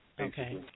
Okay